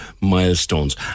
milestones